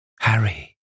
Harry